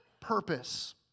purpose